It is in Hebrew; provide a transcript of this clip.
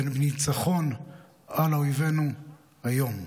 וניצחון על אויבינו היום.